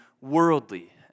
worldly